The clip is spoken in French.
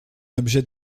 objet